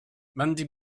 monday